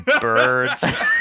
birds